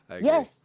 Yes